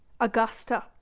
Augusta